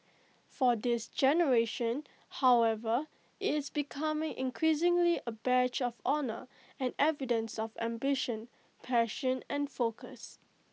for this generation however IT is becoming increasingly A badge of honour and evidence of ambition passion and focus